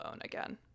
again